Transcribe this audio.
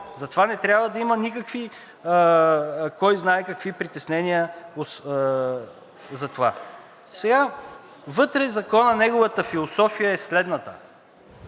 затова не трябва да има никакви кой знае какви притеснения за това. Сега. Вътре Закона, неговата философия е следната